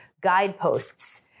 guideposts